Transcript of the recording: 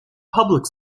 public